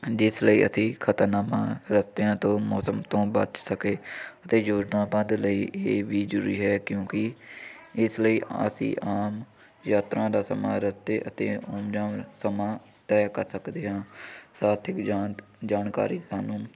ਜਿਸ ਲਈ ਅਸੀਂ ਖਤਰਨਾਮਾ ਰਸਤਿਆਂ ਤੋਂ ਮੌਸਮ ਤੋਂ ਬਚ ਸਕੇ ਅਤੇ ਯੋਜਨਾਬੰਦ ਲਈ ਇਹ ਵੀ ਜ਼ਰੂਰੀ ਹੈ ਕਿਉਂਕਿ ਇਸ ਲਈ ਅਸੀਂ ਆਮ ਯਾਤਰਾ ਦਾ ਸਮਾਂ ਰਸਤੇ ਅਤੇ ਆਉਣ ਜਾਣ ਸਮਾਂ ਤੈਅ ਕਰ ਸਕਦੇ ਹਾਂ ਸਾਥੀ ਗੁਜਾਨ ਜਾਣਕਾਰੀ ਸਾਨੂੰ